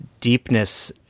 deepness